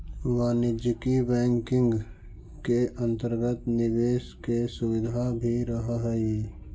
वाणिज्यिक बैंकिंग के अंतर्गत निवेश के सुविधा भी रहऽ हइ